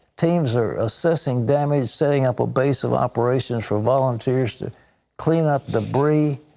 teams are assessing damage setting up a base of operations for volunteers to clean up debris.